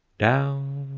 down,